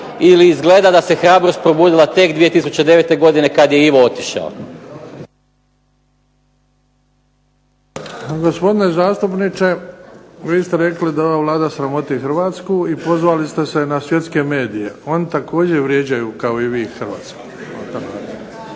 ili izgleda da se hrabrost probudila tek 2009. godine kad je Ivo otišao.